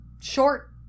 short